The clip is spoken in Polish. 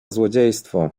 złodziejstwo